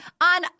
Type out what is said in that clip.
on